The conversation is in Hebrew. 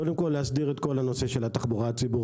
קודם כל להסדיר את כל הנושא של התחבורה הציבורית.